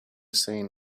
seen